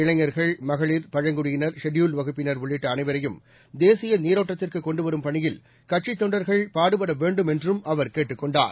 இளைஞர்கள் மகளிர் பழங்குடியினர் ஷெட்யூல்டு வகுப்பினர் உள்ளிட்ட அனைவரையும் தேசிய நீரோட்டத்திற்கு கொண்டுவரும் பணியில் கட்சித் தொண்டர்கள் பாடுபட வேண்டும் என்று அவர் கேட்டுக் கொண்டார்